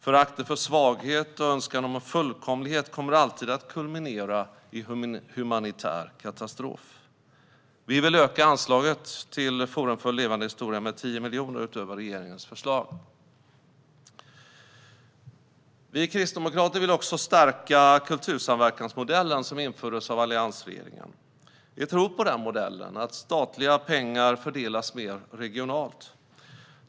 Föraktet för svaghet och önskan om fullkomlighet kommer alltid att kulminera i humanitär katastrof. Vi vill öka anslaget till Forum för levande historia med 10 miljoner utöver regeringens förslag. Vi kristdemokrater vill också stärka kultursamverkansmodellen som infördes av alliansregeringen. Vi tror på den modellen, att statliga pengar fördelas mer regionalt.